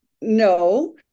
No